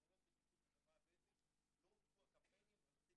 התכנית הלאומית לבטיחות ילדים לא תבוא עכשיו במקום